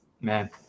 Man